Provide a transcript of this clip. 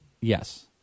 Yes